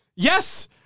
Yes